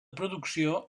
producció